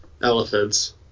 elephants